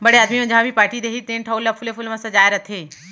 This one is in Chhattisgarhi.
बड़े आदमी मन जहॉं भी पारटी देहीं तेन ठउर ल फूले फूल म सजाय रथें